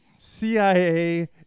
CIA